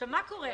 עכשיו מה קורה?